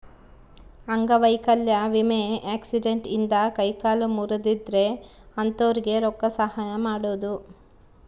ಅಂಗವೈಕಲ್ಯ ವಿಮೆ ಆಕ್ಸಿಡೆಂಟ್ ಇಂದ ಕೈ ಕಾಲು ಮುರ್ದಿದ್ರೆ ಅಂತೊರ್ಗೆ ರೊಕ್ಕ ಸಹಾಯ ಮಾಡೋದು